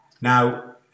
Now